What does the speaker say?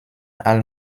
all